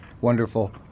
wonderful